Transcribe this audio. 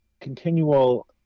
continual